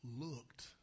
looked